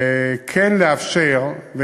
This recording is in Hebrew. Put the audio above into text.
כן לאפשר לחברת "דן",